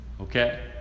Okay